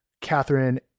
Catherine